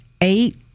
eight